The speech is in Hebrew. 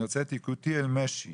אני רוצה את יקותיאל משי